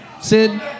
Sid